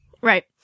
Right